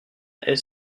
est